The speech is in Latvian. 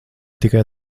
tikai